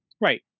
right